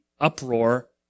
uproar